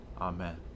Amen